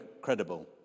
credible